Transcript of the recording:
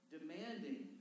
Demanding